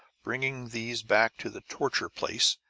bringing these back to the torture-place,